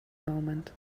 moment